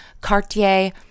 Cartier